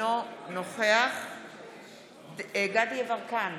אינו נוכח דסטה גדי יברקן,